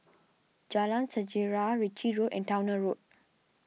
Jalan Sejarah Ritchie Road and Towner Road